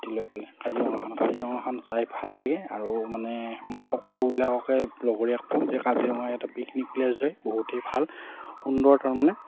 হাতী লৈ পেলাই কাজিৰঙাখন কাজিৰঙাখন চাই ভাল লাগে আৰু মানে মই সকলোবিলাককে লগৰীয়াক কওঁ যে কাজিৰঙা এটা পিকনিক প্লে'চ হয় বহুতেই ভাল সুন্দৰ তাৰমানে